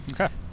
Okay